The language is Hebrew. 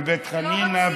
ובית חנינא,